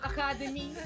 Academy